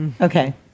Okay